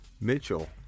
Mitchell